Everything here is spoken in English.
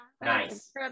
Nice